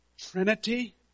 Trinity